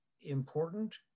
important